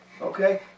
Okay